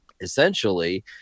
essentially